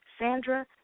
Sandra